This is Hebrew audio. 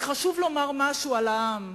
רק חשוב לומר משהו על העם,